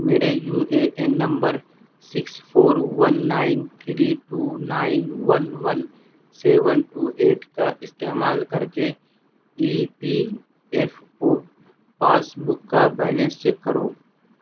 میرے U A N number six four one nine three two nine one one seven two eight کا استعمال کر کے E P F O passbook کا balance check کرو